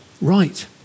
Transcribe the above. right